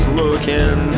looking